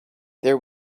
there